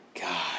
God